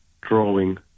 drawing